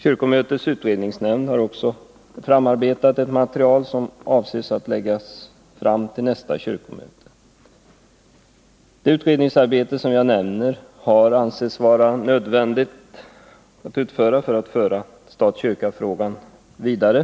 Kyrkomötets utredningsnämnd har också utarbetat ett material som är avsett att läggas fram till nästa kyrkomöte. Det utredningsarbete som jag nämner har ansetts vara nödvändigt att utföra för att kyrka-stat-frågan skall kunna föras vidare.